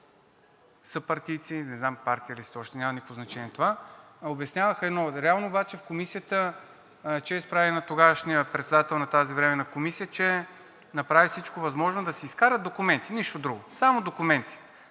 съпартийци, не знам партия ли сте още – няма никакво значение това, обясняваха едно, реално обаче в Комисията, чест прави на тогавашния председател на тази временна комисия, че направи всичко възможно да се изкарат документи. Нищо друго, само документи.